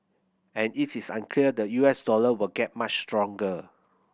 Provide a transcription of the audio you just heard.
and it is unclear the U S dollar will get much stronger